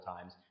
times